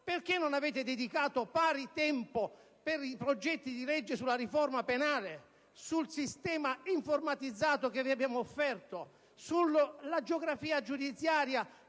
Perché non avete dedicato pari tempo ai progetti di legge sulla riforma penale o sul sistema informatizzato che vi abbiamo offerto, o sulla riforma della geografia giudiziaria,